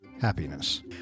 happiness